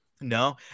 No